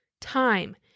time